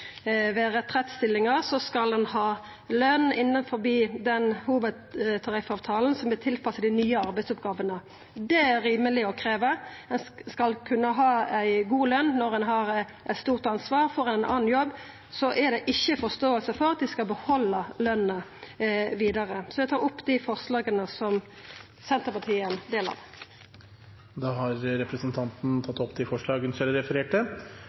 ved retrettstillingar skal ha løn innanfor hovudtariffavtalen som er tilpassa dei nye arbeidsoppgåvene. Det er rimeleg å krevja. Ein skal kunna ha ei god løn når ein har eit stort ansvar. Får ein ein annan jobb, er det ikkje forståing for at ein skal behalda løna vidare. Det som har kommet fram de siste månedene og årene omkring lederlønninger og etterlønninger i helsevesenet, skaper ikke godt omdømme eller god tillit. Det er heller ikke musikalsk; det er umusikalsk, som representanten